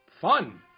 Fun